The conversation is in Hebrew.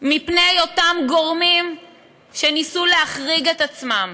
מפני אותם גורמים שניסו להחריג את עצמם.